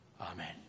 Amen